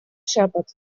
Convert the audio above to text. шепот